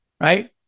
right